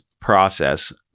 process